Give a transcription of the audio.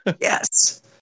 yes